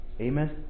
Amen